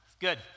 Good